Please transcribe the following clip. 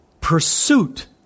pursuit